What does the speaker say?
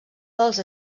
dels